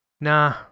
Nah